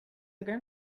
again